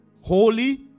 Holy